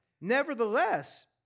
Nevertheless